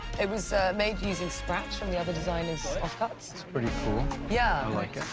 it was made, using scraps from the other designers off cuts. that's pretty cool. yeah. i like it.